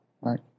right